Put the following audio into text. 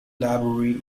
library